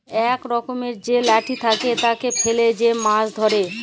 ইক রকমের যে লাঠি থাকে, তাকে ফেলে যে মাছ ধ্যরে